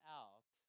out